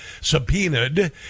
subpoenaed